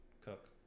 cook